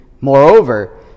Moreover